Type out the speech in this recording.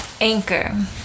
Anchor